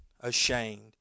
Ashamed